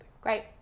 Great